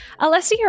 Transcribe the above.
Alessia